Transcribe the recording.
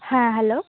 ᱦᱮᱸ ᱦᱮᱞᱳ